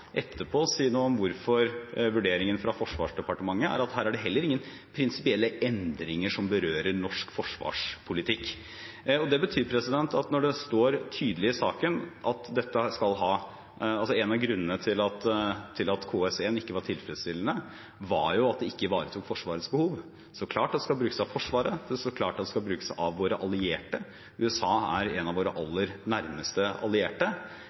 etterpå si noe om hvorfor vurderingen fra Forsvarsdepartementet er at det heller ikke er prinsipielle endringer som berører norsk forsvarspolitikk. Det står tydelig i saken at en av grunnene til at KS1 ikke var tilfredsstillende, var at det ikke ivaretok Forsvarets behov. Så klart det skal brukes av Forsvaret, så klart det skal brukes av våre allierte. USA er en av våre aller nærmeste allierte.